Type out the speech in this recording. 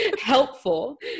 helpful